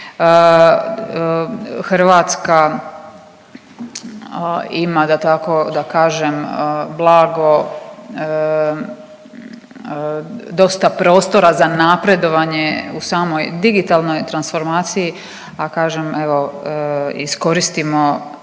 Hrvatska ima da tako da kažem blago dosta prostora za napredovanje u samoj digitalnoj transformaciji, a kažem evo iskoristimo